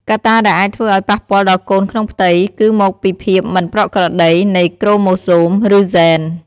កត្តាដែលអាចធ្វើអោយប៉ះពាល់ដល់កូនក្នុងផ្ទៃគឺមកពីភាពមិនប្រក្រតីនៃក្រូម៉ូសូម ឬហ្សែន ។